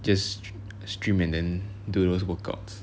just stream and then do those workouts